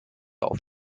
auf